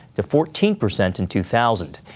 to fourteen percent in two thousand.